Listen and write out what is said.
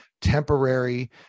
temporary